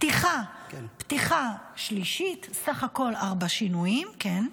פתיחה שלישית, בסך הכול ארבעה שינויים, כן.